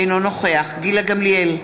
אינו נוכח גילה גמליאל,